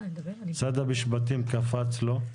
שר המשפטים קפץ לו,